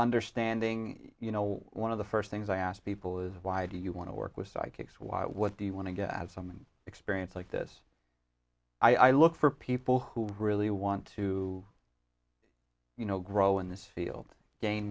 understanding you know one of the first things i ask people is why do you want to work with psychics why what do you want to get as some experience like this i look for people who really want to you know grow in this field gain